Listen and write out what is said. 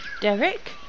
Derek